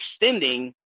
extending